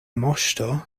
moŝto